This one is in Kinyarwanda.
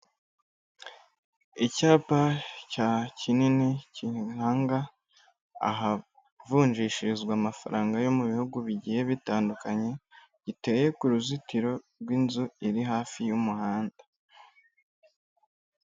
Icyapa cya kinini kiranga ahavunjishirizwa amafaranga yo mu bihugu bigiye bitandukanye giteye ku ruzitiro rw'inzu iri hafi y'umuhanda.